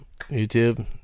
YouTube